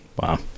Wow